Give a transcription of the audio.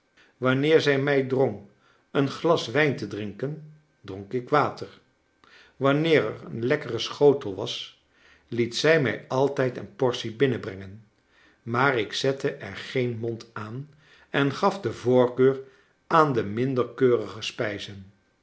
wanneer zij mij drong een glas wijn te drinken dronk ik water wanneer er een lekkere schotel was liet zij mij altijd een portie binnen brengen maar ik zette er geen mond aan en gaf de voorkeur aan de minder keurige spijzen